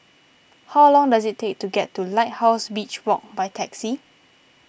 how long does it take to get to Lighthouse Beach Walk by taxi